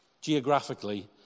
geographically